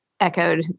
echoed